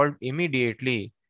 immediately